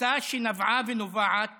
תפיסה שנבעה ונובעת